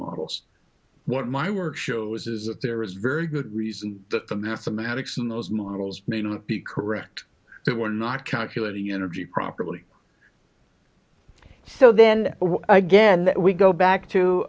models what my work shows is that there is very good reason that the mathematics in those models may not be correct that we're not cancelling the unity properly so then again we go back to